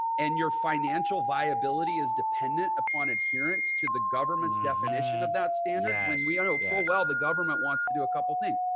and your financial viability is dependent upon adherence to the government's definition of that standard. when and we know full well, the government wants to do a couple things.